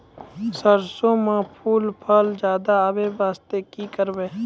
सरसों म फूल फल ज्यादा आबै बास्ते कि करबै?